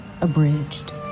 abridged